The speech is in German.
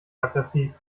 aggressiv